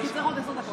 כי צריך עוד עשר דקות.